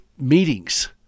meetings